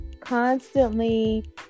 constantly